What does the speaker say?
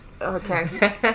Okay